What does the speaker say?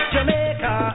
Jamaica